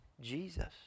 Jesus